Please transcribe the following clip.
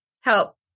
Help